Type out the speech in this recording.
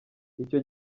icyo